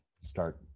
start